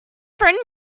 phone